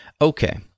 Okay